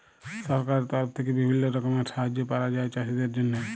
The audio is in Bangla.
সরকারের তরফ থেক্যে বিভিল্য রকমের সাহায্য পায়া যায় চাষীদের জন্হে